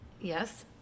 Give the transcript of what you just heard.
Yes